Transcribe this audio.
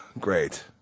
Great